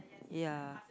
ya